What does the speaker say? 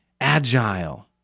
agile